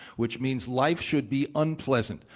which means life should be unpleasant.